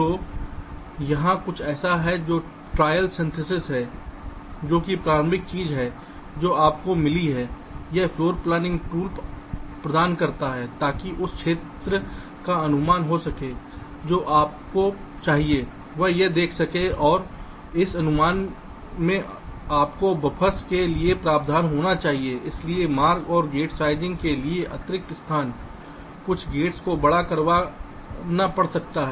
तो यहाँ कुछ ऐसा है जो ट्रायल सिंथेसिस है जो कि प्रारंभिक चीज़ है जो आपको मिली है यह फ़्लोरप्लानिंग टूल प्रदान करता है ताकि उस कुल क्षेत्र का अनुमान हो सके जो आपको चाहिए वह देख सकें और इस अनुमान में आपको बफ़र्स के लिए प्रावधान होना चाहिए इसलिए मार्ग और गेट साइज़िंग के लिए अतिरिक्त स्थान कुछ गेट्स को बड़ा करना पड़ सकता है